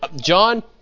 John